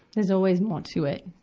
there's always more to it.